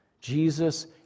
Jesus